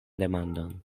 demandon